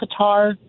Qatar